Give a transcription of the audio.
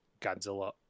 godzilla